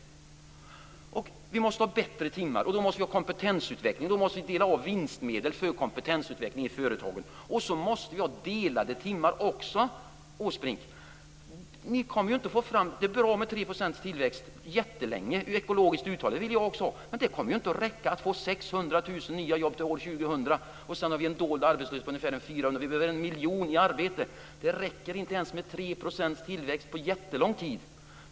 Våra arbetade timmar måste bli bättre, och för det måste vi ha en kompetensutveckling. Vi måste avdela vinstmedel för kompetensutveckling i företagen och, Åsbrink, även dela på arbetstimmarna. Det är bra med en jättelång ekologiskt uthållig tillväxt om 3 %. Också jag vill ha det, men det kommer inte att räcka. Vi har 600 000 öppet arbetslösa, som behöver nya jobb till år 2000, och vi har en dold arbetslöshet om ungefär 400 000 personer. Vi behöver sätta en miljon människor i arbete. Inte ens en tillväxt om 3 % under jättelång tid räcker till.